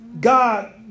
God